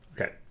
Okay